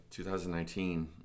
2019